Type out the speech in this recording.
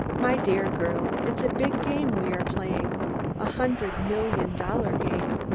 my dear girl, it's a big game we are playing a hundred-million-dollar game!